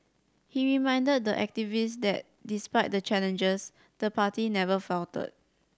he reminded the activists that despite the challenges the party never faltered